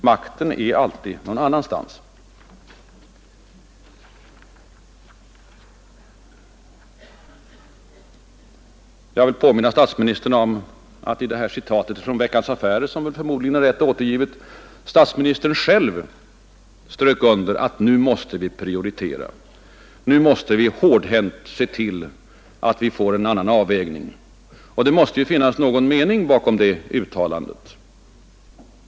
Makten är alltid någon annanstans.” Jag vill påminna statsministern om att i citatet från Veckans Affärer, som förmodligen är rätt återgivet, statsministern själv strök under att vi måste prioritera, att vi nu måste hårdhänt se till att vi får en annan avvägning. Det måste ju finnas någon mening bakom det uttalandet.